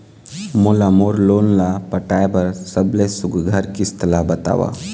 मोला मोर लोन ला पटाए बर सबले सुघ्घर किस्त ला बताव?